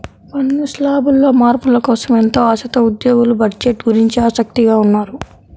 పన్ను శ్లాబుల్లో మార్పుల కోసం ఎంతో ఆశతో ఉద్యోగులు బడ్జెట్ గురించి ఆసక్తిగా ఉన్నారు